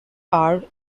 are